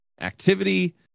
activity